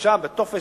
בקשה בטופס,